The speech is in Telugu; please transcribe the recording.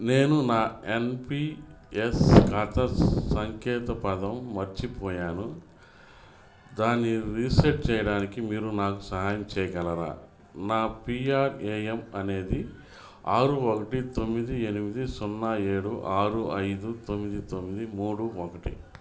నేను నా ఎన్ పీ ఎస్ ఖాతా సంకేత పదం మర్చిపోయాను దాన్ని రీసెట్ చేయడానికి మీరు నాకు సహాయం చేయగలరా నా పీ ఆర్ ఏ ఎమ్ అనేది ఆరు ఒకటి తొమ్మిది ఎనిమిది సున్నా ఏడు ఆరు ఐదు తొమ్మిది తొమ్మిది మూడు ఒకటి